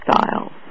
styles